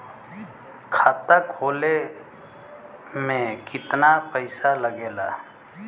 खाता खोले में कितना पैसा लगेला?